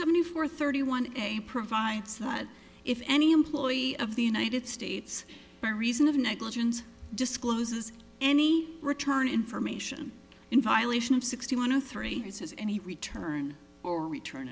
seventy four thirty one and provides that if any employee of the united states by reason of negligence discloses any return information in violation of sixty one of three it says any return or return